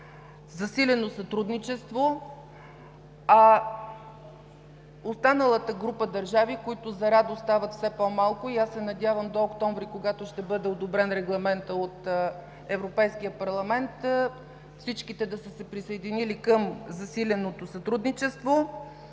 „засилено сътрудничество“, и останалата група държави, които за радост стават все по-малко и аз се надявам до октомври, когато ще бъде одобрен регламентът от Европейския парламент, всичките да са се присъединили към засиленото сътрудничество.